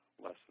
less